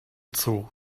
zoo